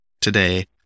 today